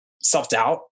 self-doubt